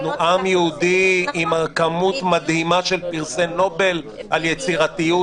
אנחנו עם יהודי עם כמות מדהימה של פרסי נובל על יצירתיות.